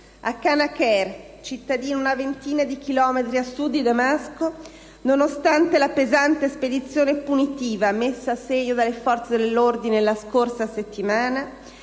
A Kanaker, cittadina a una ventina di chilometri a Sud di Damasco, nonostante la pesante spedizione punitiva messa a segno dalle forze dell'ordine la scorsa settimana,